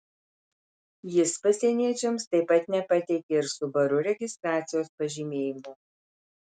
jis pasieniečiams taip pat nepateikė ir subaru registracijos pažymėjimo